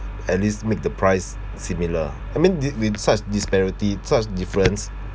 at least make the price similar I mean this with such disparity such difference